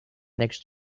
next